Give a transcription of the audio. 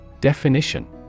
Definition